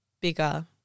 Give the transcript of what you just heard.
bigger